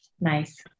nice